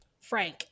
Frank